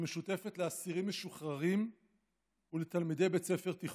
שמשותפת לאסירים משוחררים ולתלמידי בית ספר תיכון.